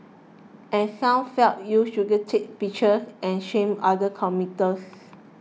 and some felt you shouldn't take pictures and shame other commuters